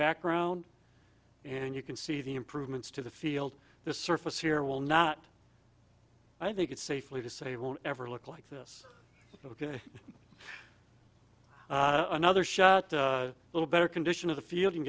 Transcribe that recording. background and you can see the improvements to the field the surface here will not i think it safely to say won't ever look like this ok another shot a little better condition of the field and